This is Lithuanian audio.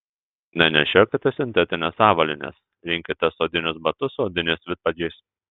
nenešiokite sintetinės avalynės rinkitės odinius batus su odiniais vidpadžiais